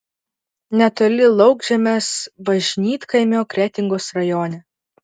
netoli laukžemės bažnytkaimio kretingos rajone